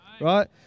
Right